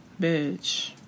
Bitch